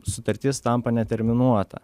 sutartis tampa neterminuota